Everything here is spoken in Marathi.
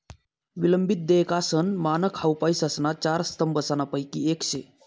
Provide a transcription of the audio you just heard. विलंबित देयकासनं मानक हाउ पैसासना चार स्तंभसनापैकी येक शे